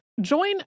Join